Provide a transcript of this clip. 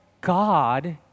God